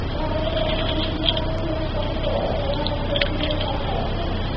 भारतक बागवानी विभाग फुलक कतेको तरहक खेती लेल काज करैत छै